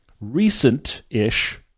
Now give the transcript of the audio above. recent-ish